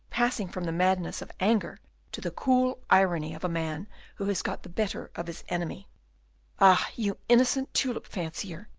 passing from the madness of anger to the cool irony of a man who has got the better of his enemy ah, you innocent tulip-fancier,